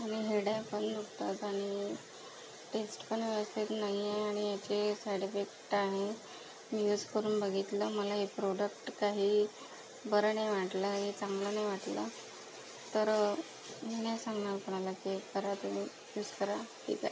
आणि हिरड्या पण दुखतात आणि पेस्ट पण व्यवस्थित नाही आहे आणि याचे साईड इफेक्ट आहे मी यूस करून बघितलं मला हे प्रोडक्ट काही बरं नाही वाटलं हे चांगलं नाही वाटलं तर मी नाही सांगणार कोणाला की हे करा तुम्ही यूस करा की काही